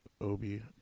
obi